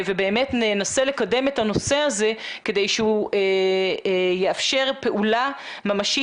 ובאמת ננסה לקדם את הנושא הזה כדי שהוא יאפשר פעולה ממשית.